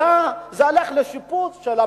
אלא זה הלך לשיפוץ של המעון,